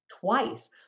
Twice